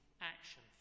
action